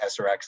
SRX